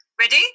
ready